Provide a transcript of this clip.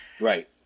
right